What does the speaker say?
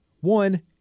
one